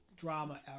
drama